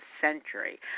century